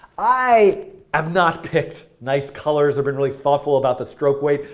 i have not picked nice colors or been really thoughtful about the stroke weight,